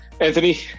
Anthony